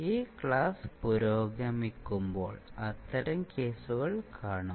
ഈ ക്ലാസ് പുരോഗമിക്കുമ്പോൾ അത്തരം കേസുകൾ കാണും